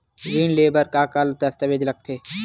ऋण ले बर का का दस्तावेज लगथे?